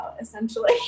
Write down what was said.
essentially